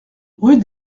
rue